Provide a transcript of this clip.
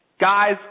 Guys